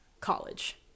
college